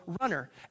runner